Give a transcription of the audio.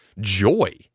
joy